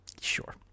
Sure